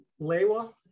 Lewa